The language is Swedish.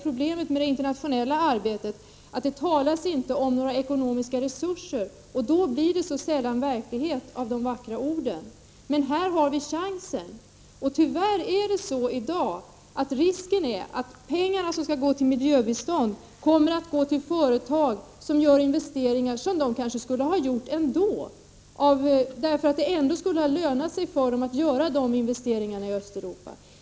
Problemet med det internationella arbetet är ju ofta att det inte talas om några ekonomiska resurser. Och då blir det sällan verklighet av de vackra orden. Men här har vi chansen. Tyvärr är det så i dag att det finns risk att pengarna som skulle gå till miljöbistånd i stället går till företag som gör investeringar de kanske skulle gjort ändå, därför att det ändå skulle ha lönat sig för dem att göra dessa investeringar i Östeuropa.